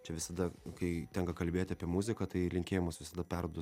čia visada kai tenka kalbėti apie muziką tai linkėjimus visada perduodu